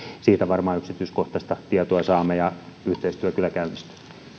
siitä varmaan yksityiskohtaista tietoa saamme ja yhteistyö kyllä käynnistyy